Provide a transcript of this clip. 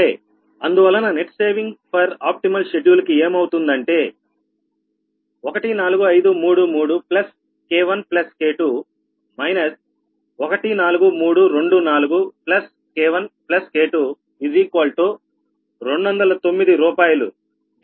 సరే అందువలన net saving per optimal schedule కి ఏమవుతుందంటే 14533 K1 K2 − 14324 K1 K2 209 Rshr